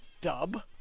dub